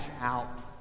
out